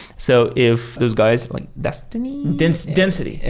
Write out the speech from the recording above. so if those guys, like destiny? density density,